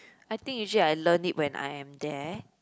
I think usually I learn it when I am there